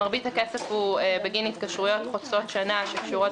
מרבית הכסף הוא בגין התקשרויות חוצות שנה שקשורות